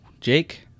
Jake